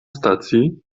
stacji